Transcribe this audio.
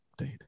update